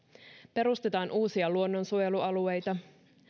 perustetaan uusia luonnonsuojelualueita